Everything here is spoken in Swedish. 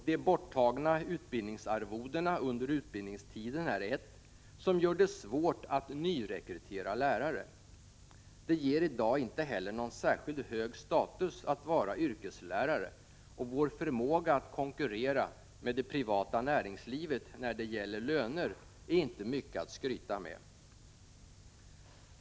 De borttagna utbildningsarvodena under utbildningstiden har inneburit att det är svårt att nyrekrytera lärare. Det ger i dag inte heller någon särskilt hög status att vara yrkeslärare, och vår förmåga att konkurrera med det privata näringslivet när det gäller löner är inte mycket att skryta med.